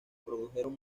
produjeron